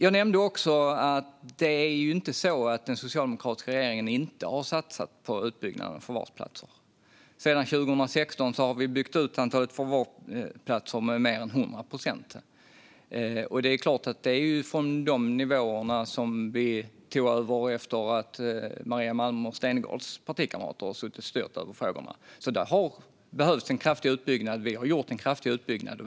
Jag nämnde också att det inte är så att den socialdemokratiska regeringen inte har satsat på utbyggnaden av förvarsplatser. Sedan 2016 har vi byggt ut antalet förvarsplatser med mer än 100 procent. Det är klart att det är från de nivåerna som vi tog över efter att Maria Malmer Stenergards partikamrater hade suttit och styrt över frågorna. Det har behövts en kraftig utbyggnad, och vi har gjort en kraftig utbyggnad.